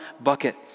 bucket